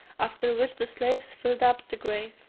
after which the slaves filled up the grave.